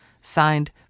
Signed